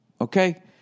okay